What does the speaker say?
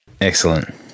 Excellent